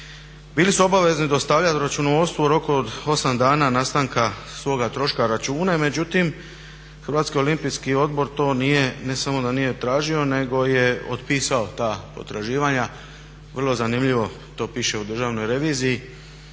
bili su obavezni dostavljati računovodstvu u roku od 8 dana nastanka svoga troška račune, međutim HOO to nije, ne samo da nije tražio nego je otpisao ta potraživanja. Vrlo zanimljivo to piše u državnoj reviziji